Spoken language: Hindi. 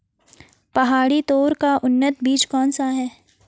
पहाड़ी तोर का उन्नत बीज कौन सा है?